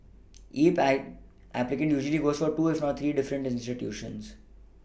E pie applicant usually goes for two if not three different institutions